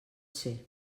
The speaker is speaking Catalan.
ser